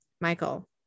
Michael